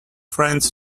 friends